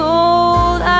old